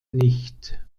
nicht